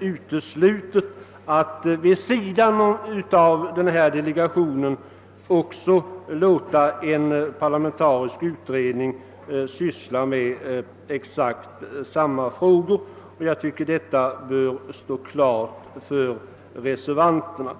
uteslutet att vid sidan av den här delegationen även låta en parlamentarisk utredning ägna sig åt exakt samma frågor, vilket också bör stå klart för reservanterna.